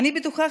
אני בטוחה,